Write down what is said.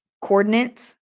coordinates